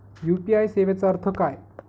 UPI सेवेचा अर्थ काय?